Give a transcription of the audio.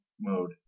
mode